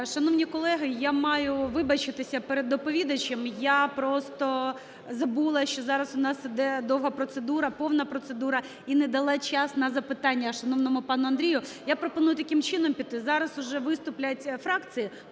Шановні колеги, я маю вибачитися перед доповідачем. Я просто забула, що зараз у нас йде довга процедура, повна процедура, і не дала час на запитання шановному пану Андрію. Я пропоную таким чином піти. Зараз уже виступлять фракції,